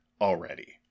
already